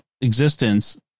existence